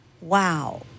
Wow